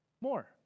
more